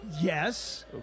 Yes